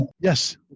Yes